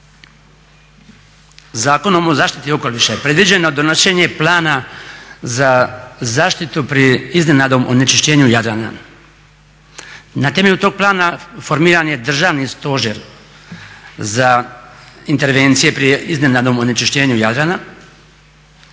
Zakonom o zaštiti okoliša je predviđeno donošenje Plana za zaštitu pri iznenadnom onečišćenju Jadrana i na temelju tog plana formiran je Državni stožer za intervencije pri iznenadnom onečišćenju Jadrana